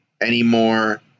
anymore